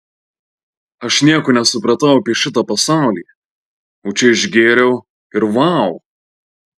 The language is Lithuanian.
aš nieko nesupratau apie šitą pasaulį o čia išgėriau ir vau